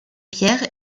pierre